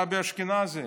גבי אשכנזי,